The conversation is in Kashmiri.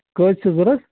کٔژ چھِ ضوٚرَتھ